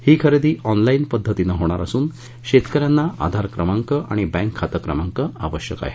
ही खरेदी ऑनलाईन पद्धतीनं होणार असून शेतक यांना आधार क्रमांक आणि बँक खाते क्रमांक आवश्यक आहे